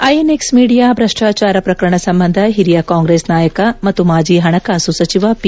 INX media ಭ್ರಷ್ಕಾಚಾರ ಪ್ರಕರಣ ಸಂಬಂಧ ಹಿರಿಯ ಕಾಂಗೆಸ್ ನಾಯಕ ಮತ್ತು ಮಾಜಿ ಹಣಕಾಸು ಸಚಿವ ಪಿ